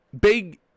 big